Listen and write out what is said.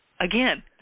Again